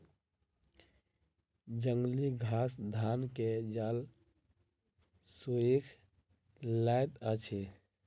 जंगली घास धान के जल सोइख लैत अछि